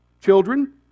children